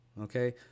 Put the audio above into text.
okay